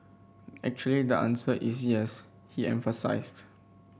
actually the answer is yes he emphasised